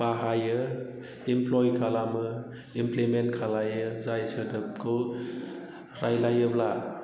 बाहायो इमप्लय खालामो इमप्लिमेन्ट खालामो जाय सोदोबखौ रायज्लायोब्ला